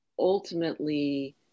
ultimately